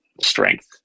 strength